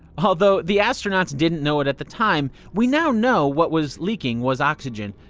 although the astronauts didn't know it at the time, we now know what was leaking was oxygen.